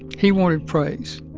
he wanted praise.